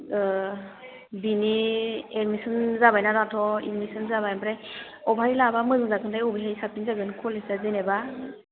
बिनि एदमिसन जाबायना दाथ' एदमिसन जाबाय ओमफ्राय बबेहाय लाबा मोजां जागोनथाय बबेहाय साबसिन जागोन कलेजआ जेनेबा